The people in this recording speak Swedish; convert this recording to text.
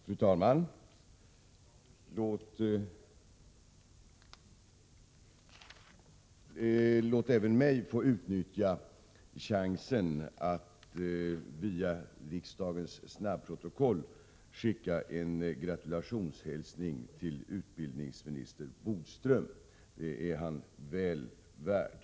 Fru talman! Låt även mig få utnyttja chansen att via riksdagens snabbprotokoll skicka en gratulationshälsning till utbildningsminister Bodström. Det är han väl värd.